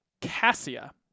Cassia